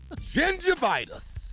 Gingivitis